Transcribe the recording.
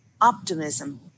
optimism